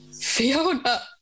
Fiona